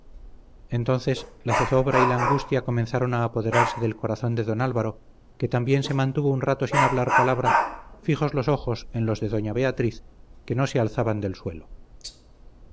entonces la zozobra y la angustia comenzaron a apoderarse del corazón de don álvaro que también se mantuvo un rato sin hablar palabra fijos los ojos en os de doña beatriz que no se alzaban del suelo